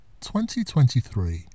2023